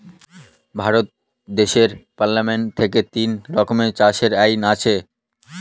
ভারত দেশের পার্লামেন্ট থেকে তিন রকমের চাষের আইন আছে